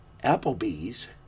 Applebee's